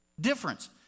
Difference